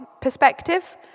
perspective